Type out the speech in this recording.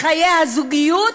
בחיי הזוגיות